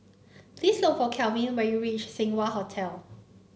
please look for Calvin when you reach Seng Wah Hotel